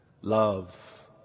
love